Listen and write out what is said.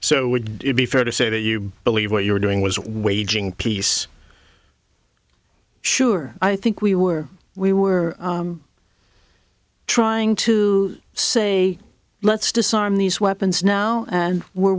so would it be fair to say that you believe what you were doing was waging peace sure i think we were we were trying to say let's disarm these weapons now and we're